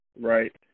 Right